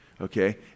okay